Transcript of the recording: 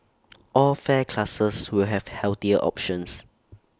all fare classes will have healthier options